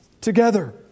together